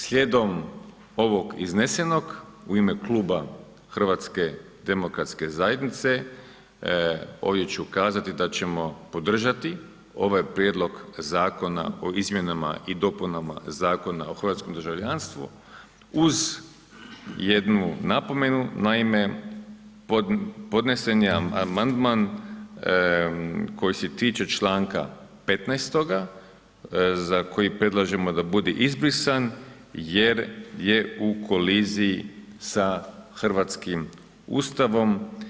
Slijedom ovog iznesenog u ime kluba HDZ-a, ovdje ću kazati da ćemo podržati ovaj Prijedlog zakona o izmjenama i dopunama Zakona o hrvatskom državljanstvu uz jednu napomenu, naime podneseni je amandman koji se tiče članka 15. za koji predlažemo da bude izbrisan jer je u koliziji sa hrvatskim Ustavom.